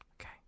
Okay